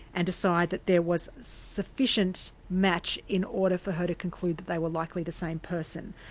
and decide that there was sufficient match in order for her to conclude that they were likely the same person.